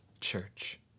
church